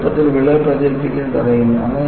അവ എളുപ്പത്തിൽ വിള്ളൽ പ്രചരിപ്പിക്കുന്നത് തടയുന്നു